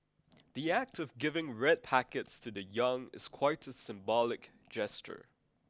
the act of giving red packets to the young is quite a symbolic gesture